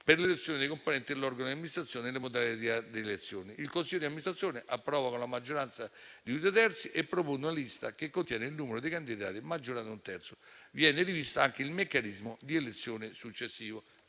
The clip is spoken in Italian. per l'elezione dei componenti dell'organo di amministrazione e delle modalità di elezione. Il consiglio di amministrazione approva con la maggioranza di due terzi e propone una lista che contiene il numero dei candidati maggiorato di un terzo; viene rivisto anche il meccanismo di elezione successivo